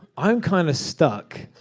i'm kind of stuck.